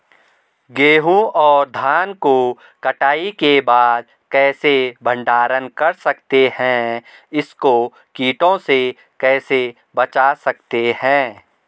गेहूँ और धान को कटाई के बाद कैसे भंडारण कर सकते हैं इसको कीटों से कैसे बचा सकते हैं?